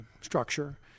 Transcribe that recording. structure